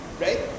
right